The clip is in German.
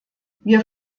wir